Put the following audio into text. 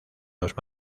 los